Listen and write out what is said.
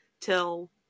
till